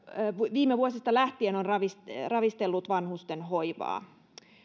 viime vuosista lähtien on ravistellut ravistellut vanhustenhoivaa